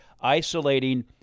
isolating